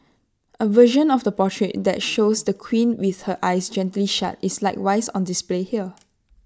A version of the portrait that shows the queen with her eyes gently shut is likewise on display here